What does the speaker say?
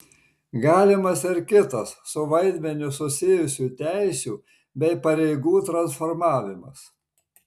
galimas ir kitas su vaidmeniu susijusių teisių bei pareigų transformavimas